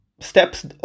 steps